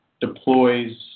deploys